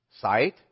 Sight